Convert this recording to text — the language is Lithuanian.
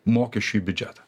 mokeščių į biudžetą